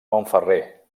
montferrer